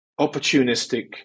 opportunistic